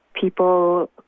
people